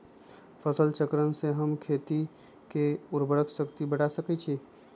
फसल चक्रण से हम खेत के उर्वरक शक्ति बढ़ा सकैछि?